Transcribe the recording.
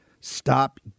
Stop